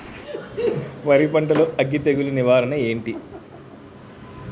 వరి పంటలో అగ్గి తెగులు నివారణ ఏంటి?